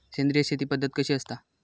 सेंद्रिय शेती पद्धत कशी असता?